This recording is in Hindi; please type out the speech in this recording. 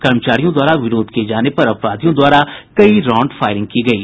कर्मचारियों द्वारा विरोध किये जाने पर अपराधियों द्वारा कई राउंड फायरिंग की गयी